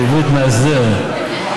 בעברית: מאסדר,